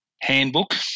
handbook